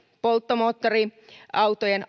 polttomoottoriautojen